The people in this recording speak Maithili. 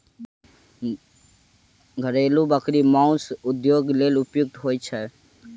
घरेलू बकरी मौस उद्योगक लेल उपयुक्त होइत छै